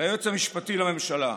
ליועץ המשפטי לממשלה.